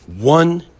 One